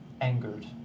angered